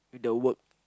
the work